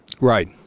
Right